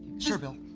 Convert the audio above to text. sure bill.